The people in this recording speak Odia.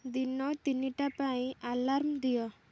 ଦିନ ତିନିଟା ପାଇଁ ଆଲାର୍ମ ଦିଅ